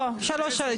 לא, שלוש.